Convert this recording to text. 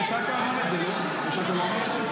זאת המצאה.